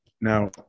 Now